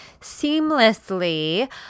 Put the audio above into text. seamlessly